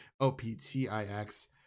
O-P-T-I-X